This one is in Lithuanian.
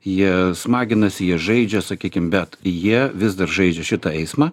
jie smaginasi jie žaidžia sakykim bet jie vis dar žaidžia šitą eismą